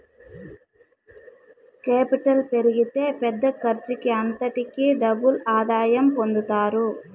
capital పెరిగితే పెద్ద ఖర్చుకి అంతటికీ డబుల్ ఆదాయం పొందుతారు